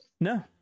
No